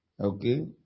Okay